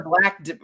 black